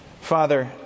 Father